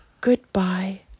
goodbye